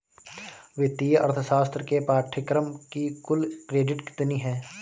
वित्तीय अर्थशास्त्र के पाठ्यक्रम की कुल क्रेडिट कितनी है?